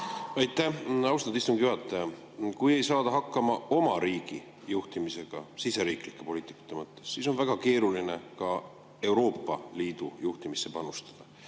Aitäh, austatud istungi juhataja! Kui ei saada hakkama oma riigi juhtimisega, riigisisese poliitika mõttes, siis on väga keeruline ka Euroopa Liidu juhtimisse panustada.